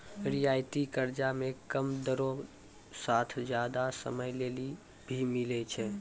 रियायती कर्जा मे कम दरो साथ जादा समय लेली भी मिलै छै